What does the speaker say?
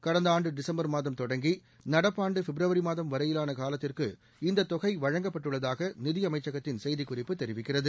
கடந்த ஆண்டு டிசம்பர் மாதம் தொடங்கி நடப்பு ஆண்டு பிப்ரவரி மாதம் வரையிலான காலத்திற்கு இந்த தொகை வழங்கப்பட்டுள்ளதாக நிதி அமைச்சகத்தின் செய்திக்குறிப்பு தெரிவிக்கிறது